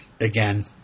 again